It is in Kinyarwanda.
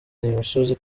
imisozi